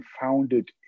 founded